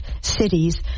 cities